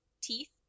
teeth